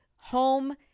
home